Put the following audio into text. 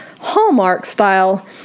Hallmark-style